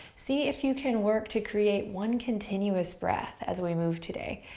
see if you can work to create one continuous breath as we move today,